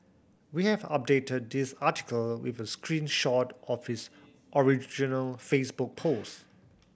we have updated this article with a screen shot of his original Facebook post